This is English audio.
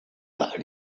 got